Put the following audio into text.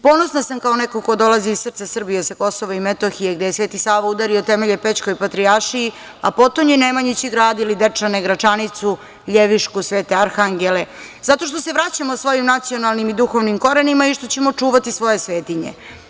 Ponosna sam kao neko ko dolazi iz srca Srbije, sa Kosova i Metohije gde je Sveti Sava udario temelje Pećkoj patrijaršiji, a potonji Nemanjići gradili Dečane, Gračanicu, Ljevišku, Svete Arhangele, zato što se vraćamo svojim nacionalnim i duhovnim korenima i što ćemo čuvati svoje svetinje.